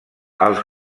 els